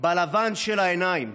בלבן של העיניים.